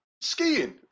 skiing